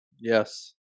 Yes